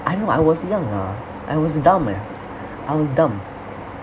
I know I was young ah I was dumb and I were dumb